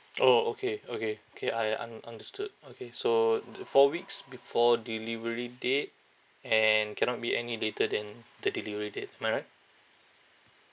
orh okay okay K I un~ understood okay so th~ uh four weeks before delivery date and cannot be any later than the delivery date am I right